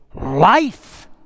life